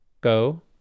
Go